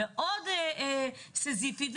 מאוד סיזיפית,